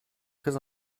très